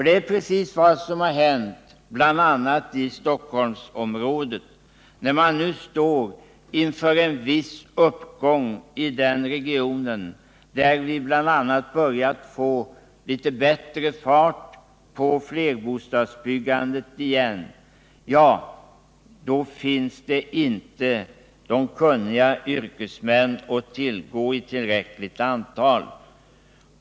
Det är just vad som hänt i bl. .a. Stockholmsområdet. När 15 december 1978 man nu står inför en viss uppgång i den regionen, där vi bl.a. börjat få litet bättre fart på flerbostadsbyggandet igen, ja, då finns inte de kunniga yrkesmännen att tillgå i tillräckligt antal.